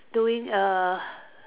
doing a